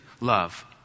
love